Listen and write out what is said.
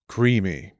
Creamy